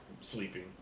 sleeping